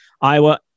Iowa